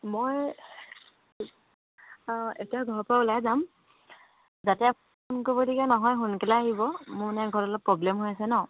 মই অঁ এতিয়া ঘৰৰ পৰা ওলাই যাম যাতে ফোন কৰিবলগীয়া নহয় সোনকালে আহিব মোৰ মানে ঘৰত অলপ প্ৰব্লেম হৈ আছে ন